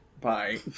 Bye